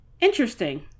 Interesting